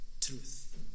truth